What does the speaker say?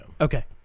Okay